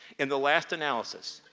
in the last analysis,